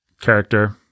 character